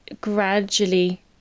gradually